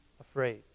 afraid